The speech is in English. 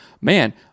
man